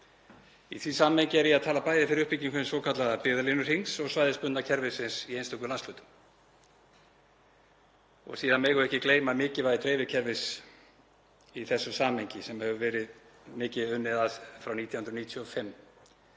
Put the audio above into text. Í því samhengi er ég að tala bæði fyrir uppbyggingu hins svokallaða byggðalínuhrings og svæðisbundna kerfisins í einstökum landshlutum. Síðan megum við ekki gleyma mikilvægi dreifikerfis í þessu samhengi sem hefur verið mikið unnið að frá 1995.